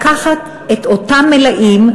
לקחת את אותם מלאים,